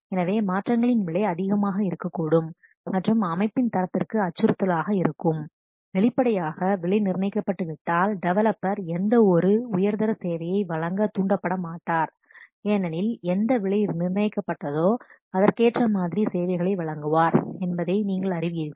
எனவே மாற்றங்களின் விலை அதிகமாக இருக்கக்கூடும் மற்றும் அமைப்பின் தரத்திற்கு அச்சுறுத்தலாக இருக்கும் வெளிப்படையாக விலை நிர்ணயிக்கப்பட்டு விட்டால் டெவலப்பர் எந்த ஒரு உயர்தர சேவையை வழங்க தூண்டப்பட மாட்டார் ஏனெனில்எந்த விலை நிர்ணயிக்கப்பட்டதோ அதற்கேற்ற மாதிரி சேவைகளை வழங்குவார் என்பதை நீங்கள் அறிவீர்கள்